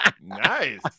Nice